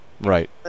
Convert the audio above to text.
Right